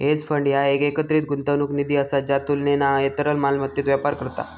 hedge fund ह्या एक एकत्रित गुंतवणूक निधी असा ज्या तुलनेना तरल मालमत्तेत व्यापार करता